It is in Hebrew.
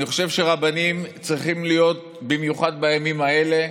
אני חושב שרבנים צריכים להיות, במיוחד בימים האלה,